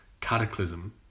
cataclysm